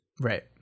Right